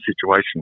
situation